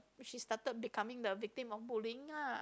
she started becoming the victim of bullying lah